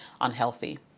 unhealthy